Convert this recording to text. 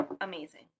amazing